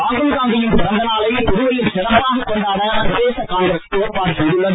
ராகுல்காந்தியின் பிறந்த நாளை புதுவையில் சிறப்பாகக் கொண்டாட பிரதேச காங்கிரஸ் ஏற்பாடு செய்துள்ளது